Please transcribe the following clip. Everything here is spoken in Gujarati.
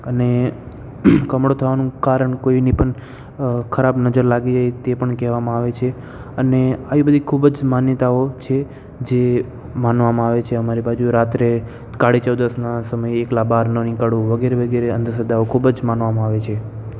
અને કમળો થવાનું કારણ કોઈની પણ ખરાબ નજર લાગી જાય તે પણ કહેવામાં આવે છે અને આવી બધી ખૂબ જ માન્યતાઓ છે જે માનવામાં આવે છે આમરી બાજુ રાત્રે કાળી ચૌદસના સમયે એકલા બાર ન નીકળવું વગેરે વગેરે અંધશ્રદ્ધાઓ ખૂબ જ માનવામાં આવે છે